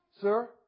sir